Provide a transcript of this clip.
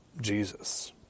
Jesus